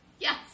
Yes